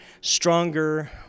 stronger